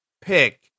pick